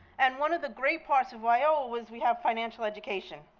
and one of the great parts of wioa was we have financial education.